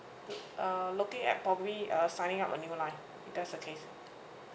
uh looking at probably uh signing up a new line if that's the case